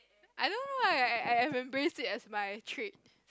I don't know why I I embrace it as my trait